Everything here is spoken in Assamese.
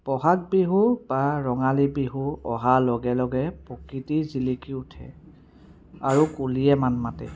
বহাগ বিহু বা ৰঙালী বিহু অহা লগে লগে প্ৰকৃতি জিলিকি উঠে আৰু কুলিয়ে মাত মাতে